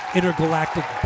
Intergalactic